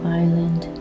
island